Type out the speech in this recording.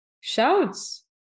Shouts